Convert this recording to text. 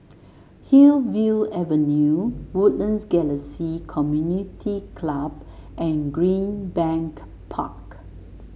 Hillview Avenue Woodlands Galaxy Community Club and Greenbank Park